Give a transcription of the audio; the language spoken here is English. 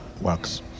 works